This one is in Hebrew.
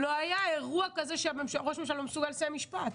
לא היה אירוע כזה שראש ממשלה לא מסוגל לסיים משפט,